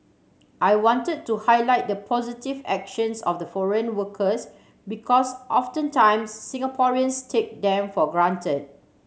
I wanted to highlight the positive actions of the foreign workers because oftentimes Singaporeans take them for granted